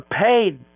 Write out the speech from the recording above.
paid